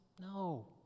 no